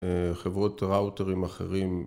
חברות ראוטרים אחרים